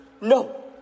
No